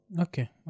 Okay